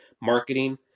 marketing